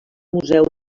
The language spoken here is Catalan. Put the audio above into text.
museu